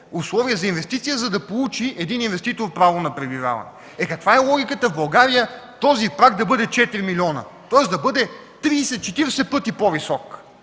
условие за инвестиция, за да получи един инвеститор право на пребиваване. Е, каква е логиката в България този праг да бъде 4 милиона, тоест да бъде 30-40 пъти по-висок?!